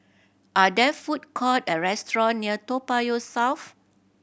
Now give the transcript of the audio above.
are there food court or restaurants near Toa Payoh South